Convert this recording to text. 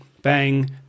Bang